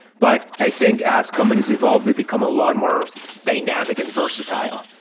but i think as companies evolve, they become a lot more dynamic and versatile,